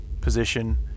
position